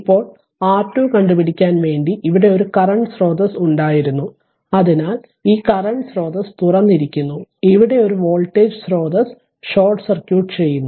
ഇപ്പോൾ R2 കണ്ടു പിടിക്കാൻ വേണ്ടി ഇവിടെ ഒരു കറന്റ് സ്രോതസ്സ് ഉണ്ടായിരുന്നു അതിനാൽ ഈ കറന്റ് സ്രോതസ്സ് തുറന്നിരിക്കുന്നു ഇവിടെ ഈ വോൾട്ടേജ് സ്രോതസ്സ് ഷോർട്ട് സർക്യൂട്ട് ചെയ്യുന്നു